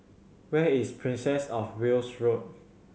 where is Princess Of Wales Road